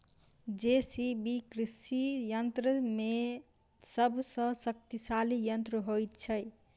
JCB कृषि यंत्र मे सभ सॅ शक्तिशाली यंत्र होइत छै